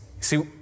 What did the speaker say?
See